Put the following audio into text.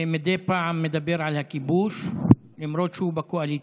שמדי פעם מדבר על הכיבוש, למרות שהוא בקואליציה.